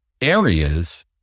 areas